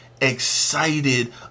excited